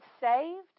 saved